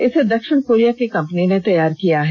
इसे दक्षिण कोरिया की कंपनी ने तैयार किया है